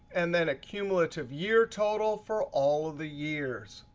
and then a cumulative year total for all of the years.